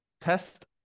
test